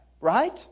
Right